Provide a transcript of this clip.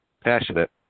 passionate